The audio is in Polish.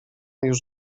już